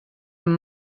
amb